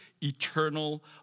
eternal